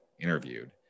interviewed